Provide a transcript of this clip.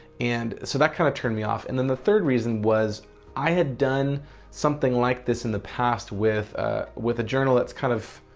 and so that kind of turned me off. and then the third reason was i had done something like this in the past with with a journal that's kind of.